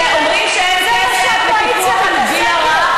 שלוש שנים, רגע,